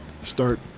start